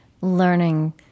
learning